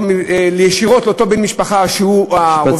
ישירות לאותו בן-משפחה שהוא העובד,